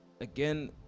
again